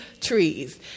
trees